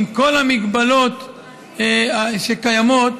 עם כל המגבלות שקיימות,